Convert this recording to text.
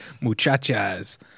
muchachas